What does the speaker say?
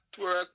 work